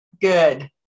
Good